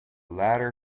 latter